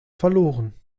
verloren